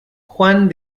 juan